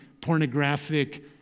pornographic